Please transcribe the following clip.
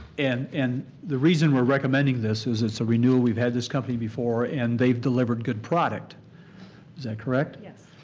and and the reason we're recommending this is it's a renewal. we've had this company before and they've delivered good product. is that correct? yes.